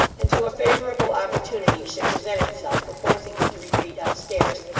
until a favourable opportunity should present itself for forcing him to retreat up-stairs,